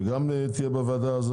שתהיה בוועדה.